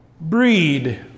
breed